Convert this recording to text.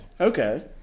okay